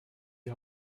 die